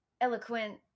eloquent